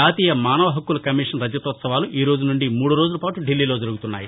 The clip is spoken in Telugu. జాతీయ మానవ హక్కుల కమిషన్ రజతోత్సవాలు ఈ రోజు నుండి మూడు రోజులపాటు ధిల్లీలో జరుగుతున్నాయి